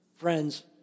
Friends